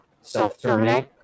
self-terminate